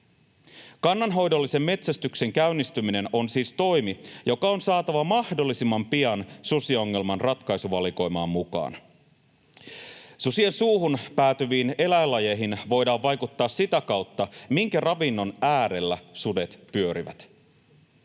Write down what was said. Kannanhoidollisen metsästyksen käynnistyminen on siis toimi, joka on saatava mahdollisimman pian susiongelman ratkaisuvalikoimaan mukaan. Susien suuhun päätyviin eläinlajeihin voidaan vaikuttaa sitä kautta, minkä ravinnon äärellä sudet pyörivät.